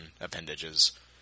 appendages